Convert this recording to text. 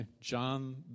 John